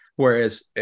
Whereas